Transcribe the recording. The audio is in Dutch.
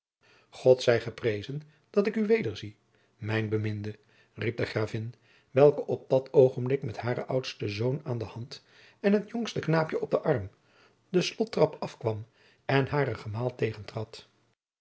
god zij geprezen dat ik u wederzie mijn beminde riep de gravin welke op dat oogenblik met haren oudsten zoon aan de hand en het jongste knaapje op den arm de slottrap afkwam en haren gemaal